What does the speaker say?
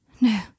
No